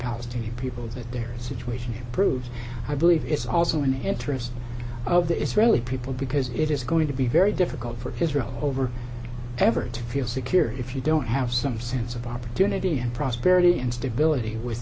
palestinian people that their situation proves i believe it's also an interest of the israeli people because it is going to be very difficult for israel over ever to feel secure if you don't have some sense of opportunity and prosperity and stability with